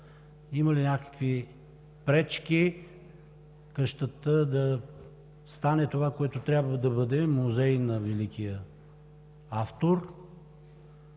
Има ли някакви пречки къщата да стане това, което трябва да бъде – музей на великия автор?